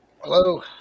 Hello